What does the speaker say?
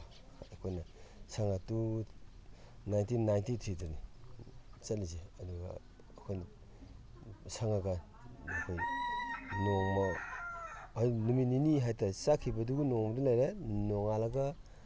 ꯑꯩꯈꯣꯏꯅ nineteen ninety ꯊ꯭ꯔꯤꯗꯅꯤ ꯆꯠꯂꯤꯁꯦ ꯑꯗꯨꯒ ꯑꯩꯈꯣꯏꯅ ꯁꯪꯉꯒ ꯑꯩꯈꯣꯏ ꯅꯣꯡꯃ ꯅꯨꯃꯤꯠ ꯅꯤꯅꯤ ꯍꯥꯏ ꯇꯥꯔꯦ ꯆꯠꯈꯤꯕꯗꯨꯒꯤ ꯅꯣꯡꯃꯗꯨꯒ ꯂꯩꯔꯦ ꯅꯣꯡꯉꯥꯜꯂꯒ